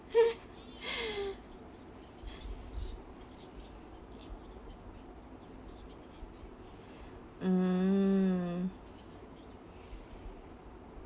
mm